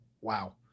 Wow